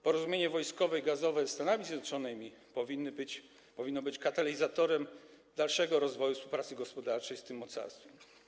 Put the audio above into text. Porozumienie wojskowe i gazowe ze Stanami Zjednoczonymi powinno być katalizatorem dalszego rozwoju współpracy gospodarczej z tym mocarstwem.